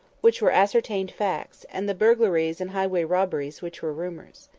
which were ascertained facts, and the burglaries and highway robberies, which were rumours.